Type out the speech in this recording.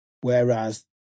Whereas